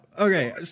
Okay